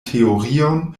teorion